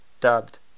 dubbed